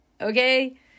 Okay